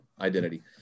identity